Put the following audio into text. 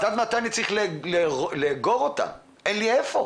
אני צריך לאגור את המכלים אבל אין לי היכן